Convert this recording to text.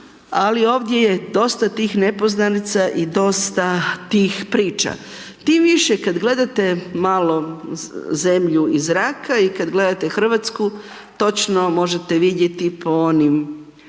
ali ovdje je dosta tih nepoznanica i dosta tih priča. Tm više kad gledate malo Zemlju iz zraka i kad gledate Hrvatsku, točno možete vidjeti po onim